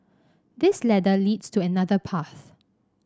this ladder leads to another path